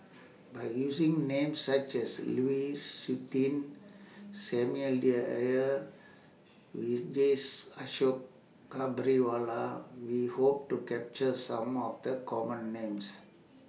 By using Names such as Lu Suitin Samuel Dyer Vijesh Ashok Ghariwala We Hope to capture Some of The Common Names